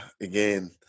again